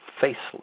faceless